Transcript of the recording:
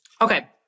Okay